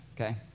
okay